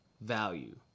value